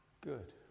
good